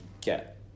get